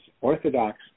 orthodox